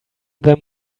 them